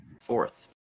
Fourth